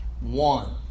one